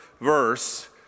verse